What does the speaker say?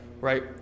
Right